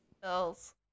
Bills